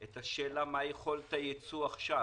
לבחון מה היא יכולת הייצוא עכשיו.